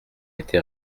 été